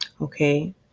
Okay